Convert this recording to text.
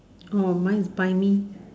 orh mine is by me